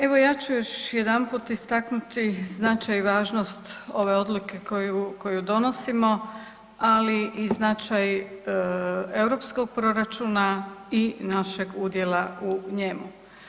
Evo ja ću još jedanput istaknuti značaj i važnost ove odluke koju, koju donosimo, ali i značaj europskog proračuna i našeg udjela u njemu.